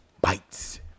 bites